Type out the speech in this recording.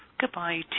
Goodbye